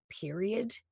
period